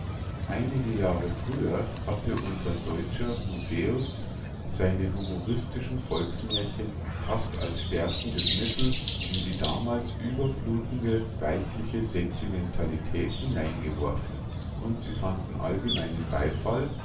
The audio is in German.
einige jahre früher hatte unser deutscher musäus seine humoristischen volksmährchen fast als stärkendes mittel in die damals überfluthende weichliche sentimentalität hineingeworfen und sie fanden allgemeinen beifall